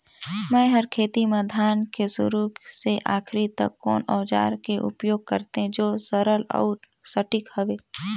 मै हर खेती म धान के शुरू से आखिरी तक कोन औजार के उपयोग करते जो सरल अउ सटीक हवे?